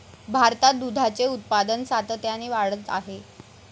भारतात दुधाचे उत्पादन सातत्याने वाढत आहे